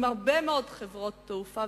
עם הרבה מאוד חברות תעופה.